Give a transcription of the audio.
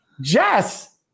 Jess